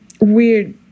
weird